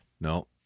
No